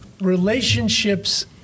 relationships